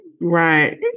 right